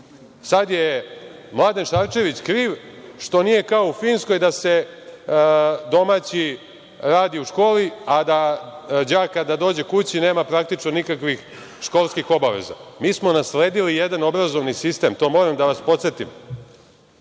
Sada je Mladen Šarčević kriv što nije kao u Finskoj da se domaći radi u školi, a da đak kada dođe kući nema praktično nikakvih školskih obaveza. Mi smo nasledili jedan obrazovni sistem, to moram da vas podsetim,